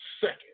second